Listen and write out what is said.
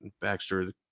Baxter